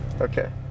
okay